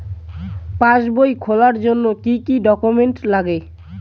পাসবই খোলার জন্য কি কি ডকুমেন্টস লাগে?